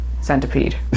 Centipede